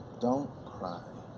don't cry,